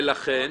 ולכן.